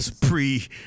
pre